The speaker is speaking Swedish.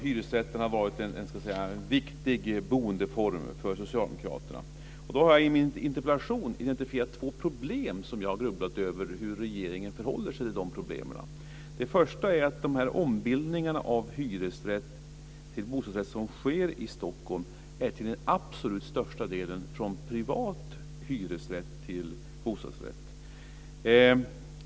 Hyresrätten har ju varit en viktig boendeform för I min interpellation identifierar jag två problem, och jag har grubblat över hur regeringen förhåller sig till de problemen. För det första är de ombildningar från hyresrätt till bostadsrätt som sker i Stockholm till absolut största delen ombildningar från privat hyresrätt till bostadsrätt.